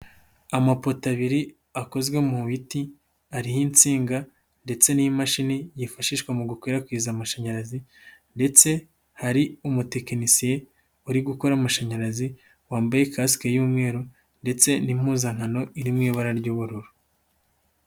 Amapoto abiri akozwe mu biti ariho insinga ndetse n'imashini yifashishwa mu gukwirakwiza amashanyarazi ndetse hari umutekinisiye uri gukora amashanyarazi wambaye kasike y'umweru ndetse n'impuzankano iri mu ibara ry'ubururu.